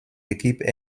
équipes